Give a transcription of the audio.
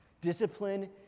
discipline